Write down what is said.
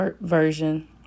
version